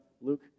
Luke